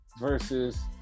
versus